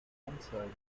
anzeigen